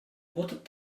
what